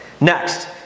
Next